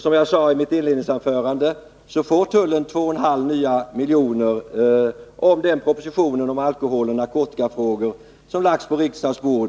Som jag sade i mitt inledningsanförande får tullen 2,5 milj.kr., om propositionen om alkoholoch narkotikafrågor som lagts på riksdagens bord